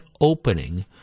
opening